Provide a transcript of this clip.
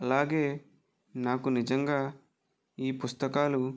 అలాగే నాకు నిజంగా ఈ పుస్తకాలు